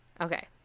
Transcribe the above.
Okay